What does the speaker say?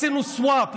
עשינו swap,